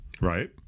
Right